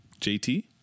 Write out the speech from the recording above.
JT